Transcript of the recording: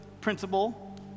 principle